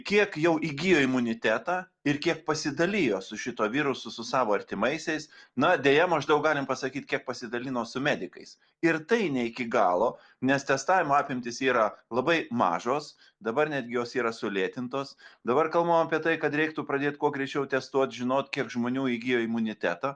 kiek jau įgijo imunitetą ir kiek pasidalijo su šituo virusu su savo artimaisiais na deja maždaug galim pasakyt kiek pasidalino su medikais ir tai ne iki galo nes testavimo apimtys yra labai mažos dabar netgi jos yra sulėtintos dabar kalbam apie tai kad reiktų pradėt kuo greičiau testuot žinot kiek žmonių įgijo imunitetą